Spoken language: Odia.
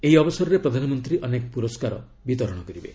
ଏହି ଅବସରରେ ପ୍ରଧାନମନ୍ତ୍ରୀ ଅନେକ ପୁରସ୍କାର ପ୍ରଦାନ କରିବେ